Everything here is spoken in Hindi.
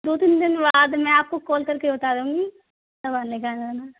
दो तीन दिन बाद में मैं आपको कॉल कर के बता दूँगी सामान ले के आ जाना